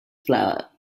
flower